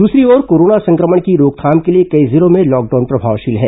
दूसरी ओर कोरोना संक्रमण की रोकथाम के लिए कई जिलों में लॉकडाउन प्रभावशील है